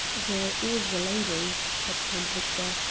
there is a lady, said count victor,